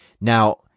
Now